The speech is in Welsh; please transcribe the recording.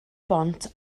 bont